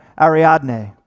Ariadne